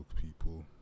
people